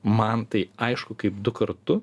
man tai aišku kaip du kartu